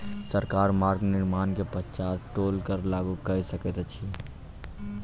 सरकार मार्ग निर्माण के पश्चात टोल कर लागू कय सकैत अछि